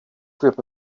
group